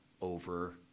over